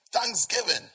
thanksgiving